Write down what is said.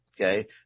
Okay